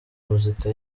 muzika